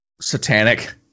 satanic